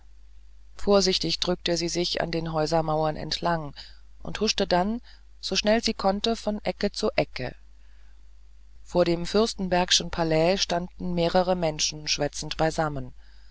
vorsichtig drückte sie sich an den häusermauern entlang und huschte dann so schnell sie konnte von ecke zu ecke vor dem fürstenbergschen palais standen mehrere menschen schwätzend beisammen